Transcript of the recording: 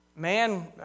Man